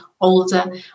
older